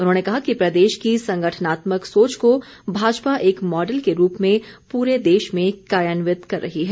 उन्होंने कहा कि प्रदेश की संगठनात्मक सोच को भाजपा एक मॉडल के रूप में प्रे देश में कार्यान्वित कर रही है